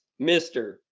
mr